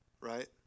right